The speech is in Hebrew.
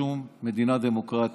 בשום מדינה דמוקרטית.